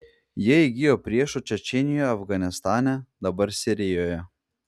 jie įgijo priešų čečėnijoje afganistane dabar sirijoje